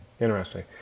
Interesting